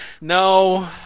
No